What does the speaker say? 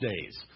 Days